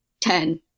ten